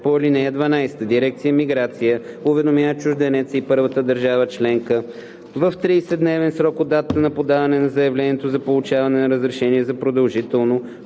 по ал. 12. Дирекция „Миграция“ уведомява чужденеца и първата държава членка в 30 дневен срок от датата на подаване на заявлението за получаване на разрешение за продължително